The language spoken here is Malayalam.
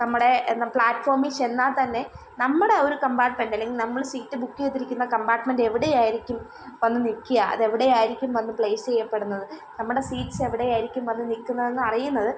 നമ്മുടെ പ്ലാറ്റ്ഫോമിൽ ചെന്നാൽ തന്നെ നമ്മുടെ ഒരു കമ്പാർട്ട്മെൻ്റ് അല്ലെങ്കിൽ നമ്മൾ സീറ്റ് ബുക്ക് ചെയ്തിരിക്കുന്ന കമ്പാർട്ട്മെൻ്റ് എവിടെയായിരിക്കും വന്ന് നിൽക്കുക അതെവിടെയായിരിക്കും വന്ന് പ്ലേസ് ചെയ്യപ്പെടുന്നത് നമ്മുടെ സീറ്റ്സ് എവിടെയായിരിക്കും വന്ന് നിൽക്കുന്നതെന്ന് അറിയുന്നത്